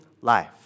life